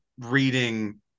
reading